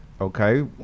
Okay